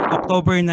October